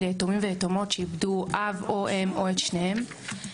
ליתומים ויתומות שאיבדו אב או אם או את שניהם.